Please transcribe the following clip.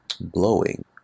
blowing